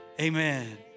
Amen